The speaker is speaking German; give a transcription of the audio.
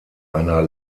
einer